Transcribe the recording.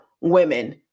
women